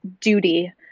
duty